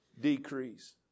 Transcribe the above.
decrease